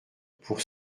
pour